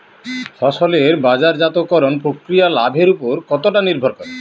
ফসলের বাজারজাত করণ প্রক্রিয়া লাভের উপর কতটা নির্ভর করে?